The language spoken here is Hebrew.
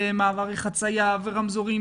מעברי חציה ורמזורים,